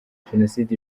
jenoside